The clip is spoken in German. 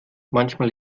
manchmal